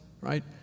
right